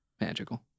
Magical